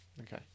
Okay